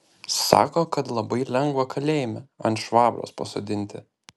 sako kad labai lengva kalėjime ant švabros pasodinti